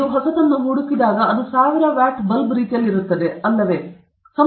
ನೀವು ಹೊಸತನ್ನು ಹುಡುಕಿದಾಗ ಅದು ಸಾವಿರ ವ್ಯಾಟ್ ಬಲ್ಬ್ ರೀತಿಯಲ್ಲಿರುತ್ತದೆ ಅದು ಅಲ್ಲವೇ